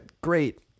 great